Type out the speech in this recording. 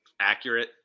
accurate